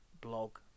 blog